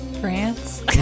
France